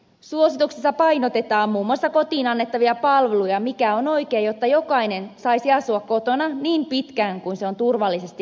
suosituksissa painotetaan muun muassa kotiin annettavia palveluja mikä on oikein jotta jokainen saisi asua kotona niin pitkään kuin se on turvallisesti mahdollista